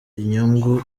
inyungu